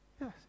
Yes